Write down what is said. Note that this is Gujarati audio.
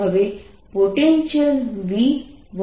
હવે પોટેન્શિયલ V1RI2 છે